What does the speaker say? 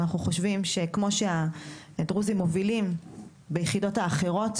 אנחנו חושבים שכמו שהדרוזים מובילים ביחידות האחרות,